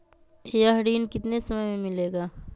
यह ऋण कितने समय मे मिलेगा?